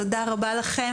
תודה רבה לכם.